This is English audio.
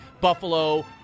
Buffalo